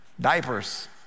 diapers